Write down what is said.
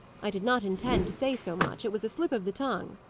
i did not intend to say so much it was a slip of the tongue.